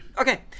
Okay